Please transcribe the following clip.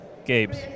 Gabe's